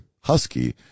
husky